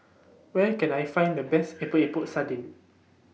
Where Can I Find The Best Epok Epok Sardin